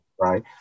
right